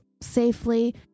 safely